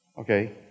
Okay